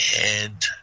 head